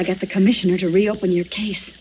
i get the commissioner to reopen your case